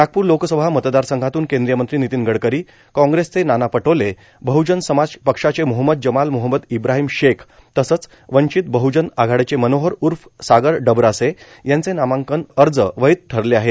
नागपूर लोकसभा मतदारसंघातून केंद्रीय मंत्री नितीन गडकरी कांग्रेसचे नाना पटोले बह्जन समाज पक्षाचे मोहम्मद जमाल मोहम्मद ईब्राहिम शेख तसंच वंचित बह्जन आघाडीचे मनोहर उर्फ सागर डबरासे यांचे नामांकन अर्ज वैध ठरले आहे